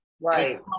Right